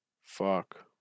fuck